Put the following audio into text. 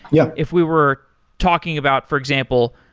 yeah if we were talking about for example,